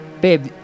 babe